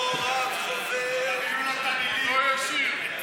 הו, רב-חובל, תביאו לו את המילים.